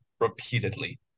repeatedly